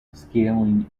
scaling